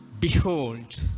Behold